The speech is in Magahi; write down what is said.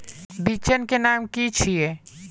बिचन के नाम की छिये?